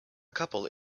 couple